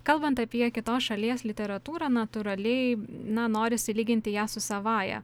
kalbant apie kitos šalies literatūrą natūraliai na norisi lyginti ją su savąja